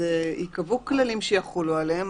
ייקבעו כללים שיחולו עליהם.